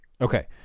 okay